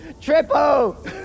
Triple